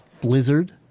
Blizzard